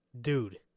Dude